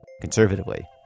Conservatively